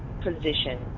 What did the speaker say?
position